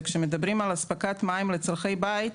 וכשמדברים על אספקת מים לצרכי בית,